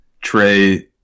Trey